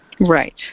Right